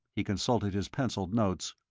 he consulted his pencilled notes,